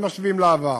אם משווים לעבר.